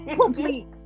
Complete